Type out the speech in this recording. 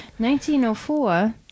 1904